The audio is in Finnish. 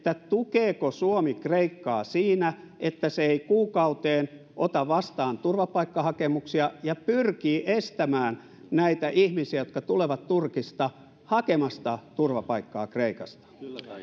tukeeko suomi kreikkaa siinä että se ei kuukauteen ota vastaan turvapaikkahakemuksia ja pyrkii estämään näitä ihmisiä jotka tulevat turkista hakemasta turvapaikkaa kreikasta